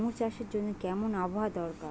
আঙ্গুর চাষের জন্য কেমন আবহাওয়া দরকার?